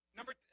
Number